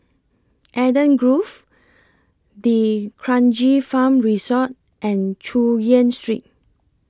Eden Grove D'Kranji Farm Resort and Chu Yen Street